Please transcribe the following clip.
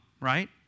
right